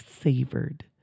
savored